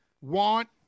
want